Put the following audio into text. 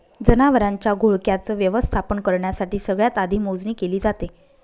जनावरांच्या घोळक्याच व्यवस्थापन करण्यासाठी सगळ्यात आधी मोजणी केली जाते